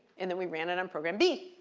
and then we ran it on program b.